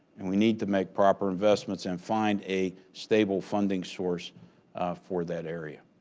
and we need to make proper investments and find a stable funding source for that area.